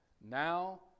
now